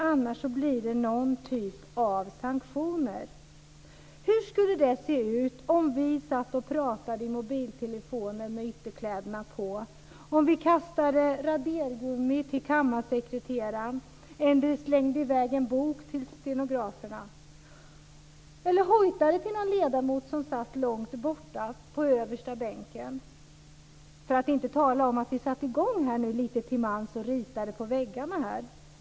Annars blir det någon typ av sanktioner. Hur skulle det se ut om vi satt med ytterkläderna på och pratade i mobiltelefoner, om vi kastade radergummin på kammarsekreteraren, om vi slängde en bok på stenografen eller om vi hojtade till någon ledamot som satt långt borta på översta bänken - för att inte tala om ifall vi lite till mans satte i gång och ritade på väggarna här!